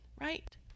right